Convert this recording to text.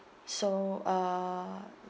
so uh